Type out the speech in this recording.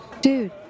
dude